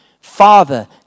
father